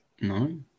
No